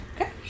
Okay